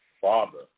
Father